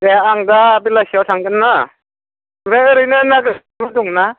दे आं दा बेलासियाव थांगोन ना ओमफ्राय ओरैनो ना गोरानफोर दं ना